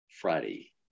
Friday